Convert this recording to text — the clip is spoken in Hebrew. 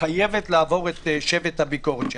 חייבת לעבור את שבט הביקורת שלכם.